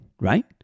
right